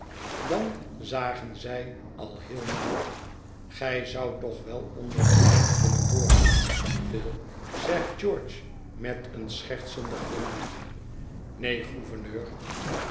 dan zagen zij al heel nauw gij zoudt toch wel onder den hoop kunnen doorgaan phil zegt george met een schertsenden glimlach neen gouverneur